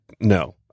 no